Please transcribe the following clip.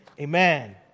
Amen